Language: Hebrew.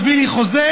תביא לי חוזה,